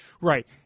Right